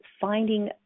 finding